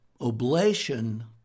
oblation